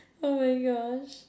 oh my gosh